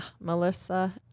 Melissa